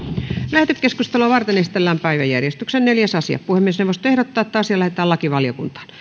lähetekeskustelua varten esitellään päiväjärjestyksen neljäs asia puhemiesneuvosto ehdottaa että asia lähetetään lakivaliokuntaan